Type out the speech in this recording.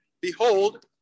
behold